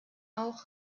auch